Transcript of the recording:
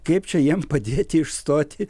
kaip čia jiem padėti išstoti